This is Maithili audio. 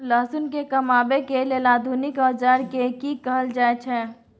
लहसुन के कमाबै के लेल आधुनिक औजार के कि कहल जाय छै?